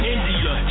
India